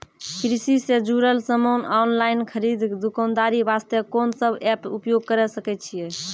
कृषि से जुड़ल समान ऑनलाइन खरीद दुकानदारी वास्ते कोंन सब एप्प उपयोग करें सकय छियै?